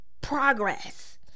progress